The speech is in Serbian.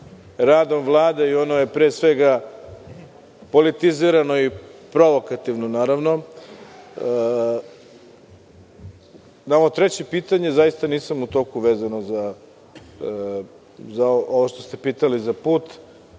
radom Vlade i ono je pre svega politizirano i provokativno, naravno. Na ovo treće pitanje, zaista nisam u toku, vezano za ovo što ste pitali, za put.